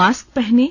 mask पहनें